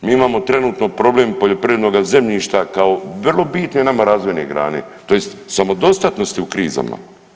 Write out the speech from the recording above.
Mi imamo trenutno problem poljoprivrednoga zemljišta kao vrlo bitne nama razvojne grane, tj. samodostatnost je u krizama.